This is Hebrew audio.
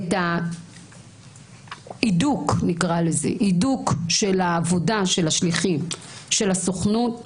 את ההידוק של העבודה של השליחים, של הסוכנות,